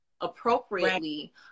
appropriately